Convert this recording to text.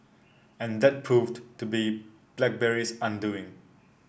and that proved to be BlackBerry's undoing